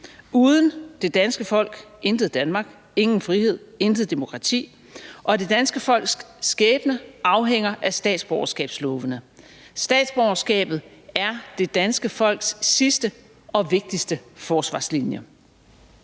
Uden det danske folk intet Danmark, ingen frihed, intet demokrati, og det danske folks skæbne afhænger af statsborgerskabslovene. Statsborgerskabet er det danske folks sidste og vigtigste forsvarslinje.